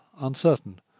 uncertain